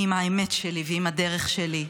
עם האמת שלי ועם הדרך שלי.